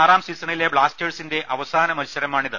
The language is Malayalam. ആറാം സീസണിലെ ബ്ലാസ്റ്റേഴ്സിന്റെ അവസാന മത്സരമാണിത്